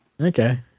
Okay